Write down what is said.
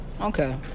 Okay